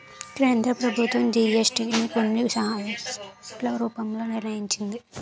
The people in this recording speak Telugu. కేంద్ర ప్రభుత్వం జీఎస్టీ ని కొన్ని స్లాబ్ల రూపంలో నిర్ణయించింది